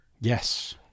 Yes